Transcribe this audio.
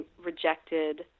rejected